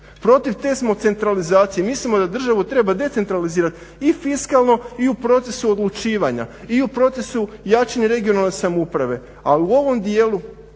Protiv te smo centralizacije, mislimo da državu treba decentralizirati i fiskalno i u procesu odlučivanja i u procesu jačanja regionalne samouprave. a u ovom dijelu